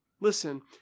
Listen